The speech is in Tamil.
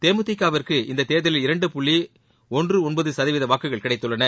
தேமுதிகவிற்கு இந்தத் தேர்தலில் இரண்டு புள்ளி ஒன்று ஒன்பது சதவீத வாக்குகள் கிடைத்துள்ளன